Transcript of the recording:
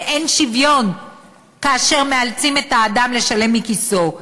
אין שוויון כאשר מאלצים את האדם לשלם מכיסו.